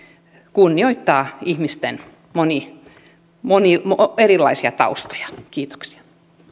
kunnioittaa ihmisten erilaisia taustoja kiitoksia